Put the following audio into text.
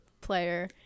player